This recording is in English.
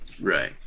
right